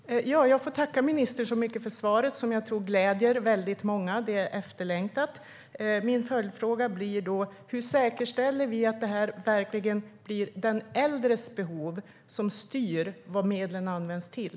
Herr talman! Jag får tacka ministern så mycket för svaret, som jag tror gläder väldigt många. Det är efterlängtat. Min följdfråga blir då: Hur säkerställer vi att det verkligen blir den äldres behov som styr vad medlen används till?